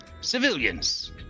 civilians